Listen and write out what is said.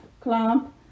clump